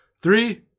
Three